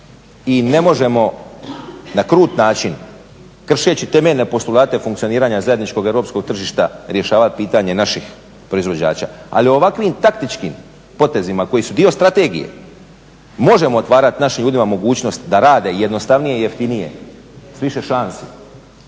i ne možemo na krut način, kršeći temeljne postulate funkcioniranja zajedničkog europskog tržišta rješavat pitanje naših proizvođača. Ali ovakvim taktičkim potezima koji su dio strategije možemo otvarat našim ljudima mogućnost da rade jednostavnije i jeftinije, s više šansi,